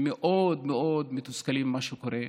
מאוד מאוד מתוסכלים ממה שקורה.